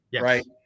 Right